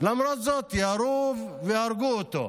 למרות זאת ירו והרגו אותו.